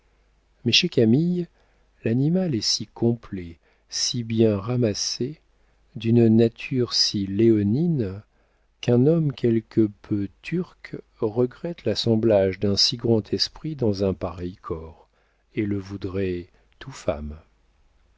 mais chez camille l'animal est si complet si bien ramassé d'une nature si léonine qu'un homme quelque peu turc regrette l'assemblage d'un si grand esprit dans un pareil corps et le voudrait tout femme